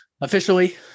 officially